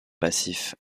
passif